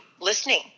listening